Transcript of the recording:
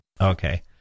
Okay